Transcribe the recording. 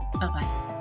Bye-bye